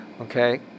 okay